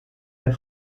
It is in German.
der